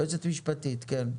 יועצת המשפטית, כן.